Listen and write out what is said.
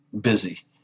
busy